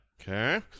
Okay